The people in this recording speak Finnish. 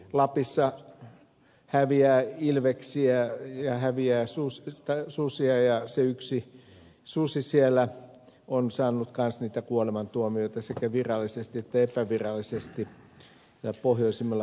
lapissa häviää ilveksiä ja häviää susia ja se yksi susi siellä on saanut kanssa niitä kuolemantuomioita sekä virallisesti että epävirallisesti pohjoisimmilla palkisilla